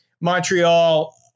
montreal